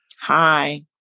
Hi